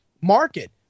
market